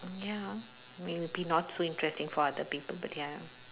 ya maybe not so interesting for other people but ya